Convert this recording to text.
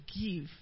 give